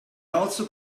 also